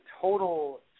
total